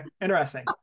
Interesting